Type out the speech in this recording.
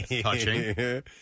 Touching